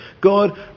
God